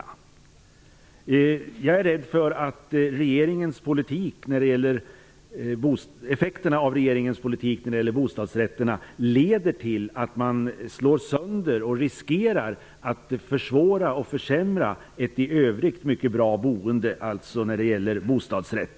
Regeringens politik i fråga om bostadsrätterna leder till att man slår sönder och riskerar att försvåra och försämra ett i övrigt mycket bra boende.